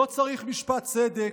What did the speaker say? לא צריך משפט צדק,